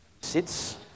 sits